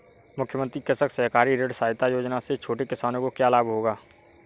मुख्यमंत्री कृषक सहकारी ऋण सहायता योजना से छोटे किसानों को क्या लाभ होगा?